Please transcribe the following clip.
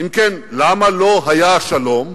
אם כן, למה לא היה שלום?